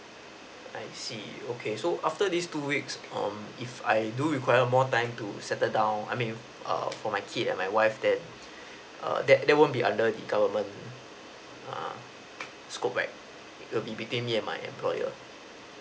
I see okay so after this two weeks um if I do require more time to settle down I mean err for my kid and my wife then err that there won't be under the government err scope right it'll be between me and my employer